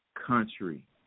country